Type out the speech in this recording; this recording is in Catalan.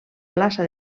plaça